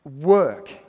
work